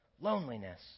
loneliness